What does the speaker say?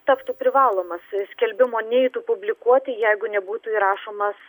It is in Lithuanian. taptų privalomas skelbimo neitų publikuoti jeigu nebūtų įrašomas